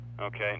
Okay